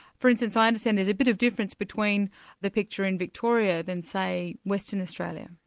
for instance, i understand there's a bit of difference between the picture in victoria, than, say, western australia.